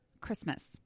Christmas